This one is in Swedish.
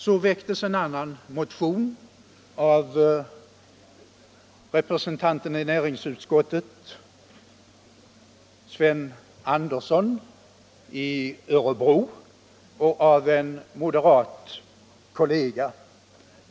Så väcktes en annan motion av representanten i näringsutskottet Sven G. Andersson i Örebro och av en moderat kollega.